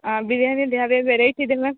ಹಾಂ ಬಿರ್ಯಾನಿದು ಯಾವ ಯಾವ ವೆರೈಟಿ ಇದೆ ಮ್ಯಾಮ್